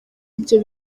ibyo